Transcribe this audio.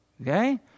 Okay